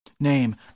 Name